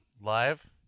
live